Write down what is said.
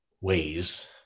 ways